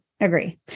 Agree